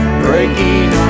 breaking